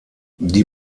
die